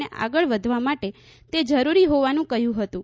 અને આગળ વધવા માટે તે જરૂરી હોવાનુ કહ્યુ હતુ